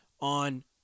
on